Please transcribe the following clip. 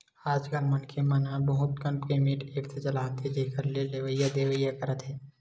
आजकल मनखे मन ह बहुत कन पेमेंट ऐप्स ल चलाथे जेखर ले लेवइ देवइ करत हे